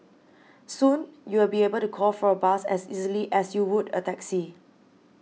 soon you will be able to call for a bus as easily as you would a taxi